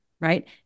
right